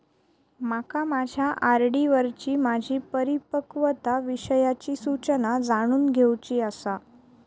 माका माझ्या आर.डी वरची माझी परिपक्वता विषयची सूचना जाणून घेवुची आसा